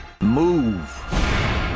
move